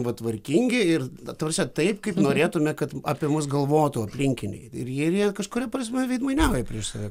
va tvarkingi ir ta prasme taip kaip norėtume kad apie mus galvotų aplinkiniai ir jie jie kažkuria prasme veidmainiauja prieš save